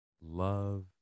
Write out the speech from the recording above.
Love